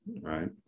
right